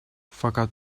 fakat